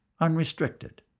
unrestricted